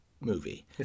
movie